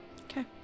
okay